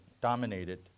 dominated